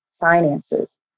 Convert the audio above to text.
finances